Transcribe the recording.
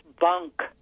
bunk